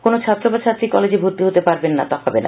কোনও ছাত্র বা ছাত্রী কলেজে ভর্তি হতে পারবেন না তা হবে না